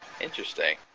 Interesting